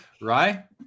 rye